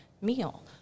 meal